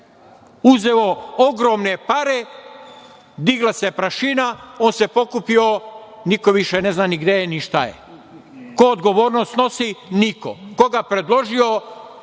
Uzeo ogromne pare, digla se prašina, on se pokupio, niko više ne zna ni gde je, ni šta je. Ko odgovornost nosi? Niko. Ko ga je predložio?